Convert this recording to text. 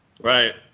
Right